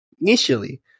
initially